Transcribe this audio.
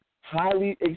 highly